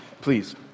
please